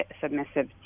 submissive